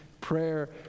prayer